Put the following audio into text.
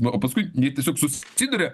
na o paskui jie tiesiog susiduria